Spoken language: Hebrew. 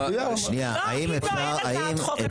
לא, אם לא, אין הצעת חוק.